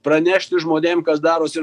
pranešti žmonėm kas darosi